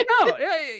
No